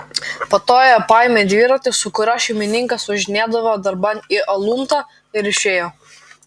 po to jie paėmė dviratį su kuriuo šeimininkas važinėdavo darban į aluntą ir išėjo